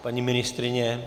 Paní ministryně?